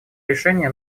решения